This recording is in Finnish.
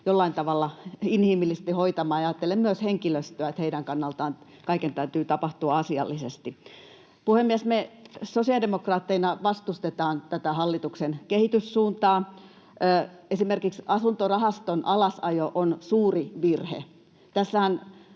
jollain tavalla inhimillisesti hoitamaan. Ajattelen myös henkilöstöä: heidän kannaltaan kaiken täytyy tapahtua asiallisesti. Puhemies! Me sosiaalidemokraatteina vastustetaan tätä hallituksen kehityssuuntaa. Esimerkiksi asuntorahaston alasajo on suuri virhe. Tässähän